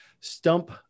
Stump